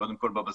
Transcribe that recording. קודם כול בבסיס.